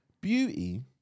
Beauty